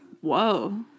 whoa